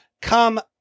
come